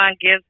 gives